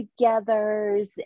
togethers